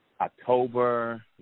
October